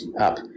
up